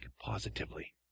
positively